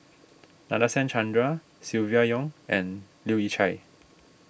Nadasen Chandra Silvia Yong and Leu Yew Chye